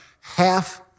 half